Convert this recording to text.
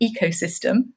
ecosystem